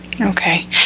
Okay